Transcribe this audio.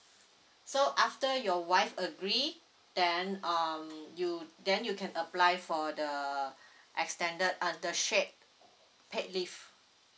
so after your wife agree then um you then you can apply for the extended under shared paid leave